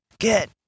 Get